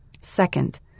Second